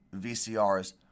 VCRs